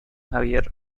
javier